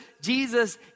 Jesus